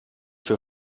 für